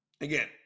Again